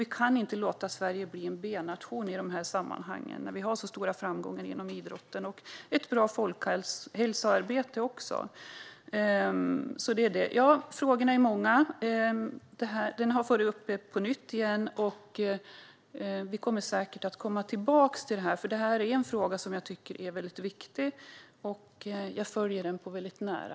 Vi kan inte låta Sverige bli en B-nation i dessa sammanhang när vi har stå stora framgångar inom idrotten och ett bra folkhälsoarbete. Frågorna är många. Detta har varit uppe på nytt, och vi kommer säkert att återkomma till det. Det är en viktig fråga, och jag följer den nära.